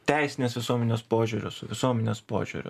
teisinės visuomenės požiūriu su visuomenės požiūriu